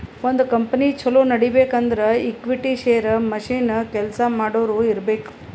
ಒಂದ್ ಕಂಪನಿ ಛಲೋ ನಡಿಬೇಕ್ ಅಂದುರ್ ಈಕ್ವಿಟಿ, ಶೇರ್, ಮಷಿನ್, ಕೆಲ್ಸಾ ಮಾಡೋರು ಇರ್ಬೇಕ್